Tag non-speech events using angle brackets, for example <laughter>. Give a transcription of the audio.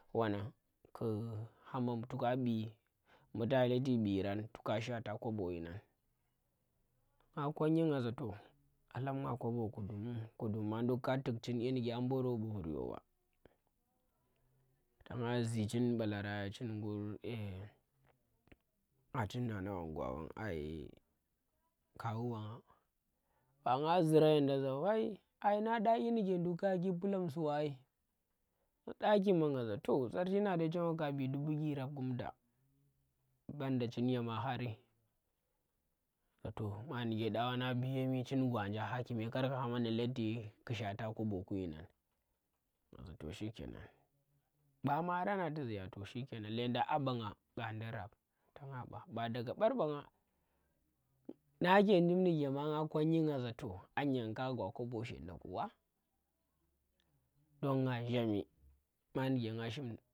Wannang ku hama mbu to ka bee mbu ta yi latee ɓeerang toh ka shwata kobo dyinan, nga konnyi nga za toh a lab nga kobo kudum kuduma nduk ka tug dyinike a mburo ɓu vur! yo ɓa tan nga zee chin balarang chin <hesitation> hachin nana wanga, gwa wannga ai <unintelligible> kawu wannga ba nga zurang yenda za wai ai ngan dya dyinike ndug ka shike paalam su wa ai dya kima nga za to sarchin na dai chem waka bee dubu ƙyirab kum nda ban da chin yama hari, za toh ma ndike da nang biya mi chin gwanjan ha kume kar ku hama ndi letee ku shwata kobo kun dyinan, nga za toh shikkenang ba maranang tee ziya toh shikke nang, llendang a ɓanga kanndi rab, tanga ɓa ba daga ɓar ɓanga, nang ke njim ndike nga konnyi nga za to anyah nga za to anyah nga ka gwa kobo shennda kuwa dong nga zhami mani ndike nga shim